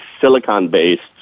silicon-based